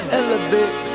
elevate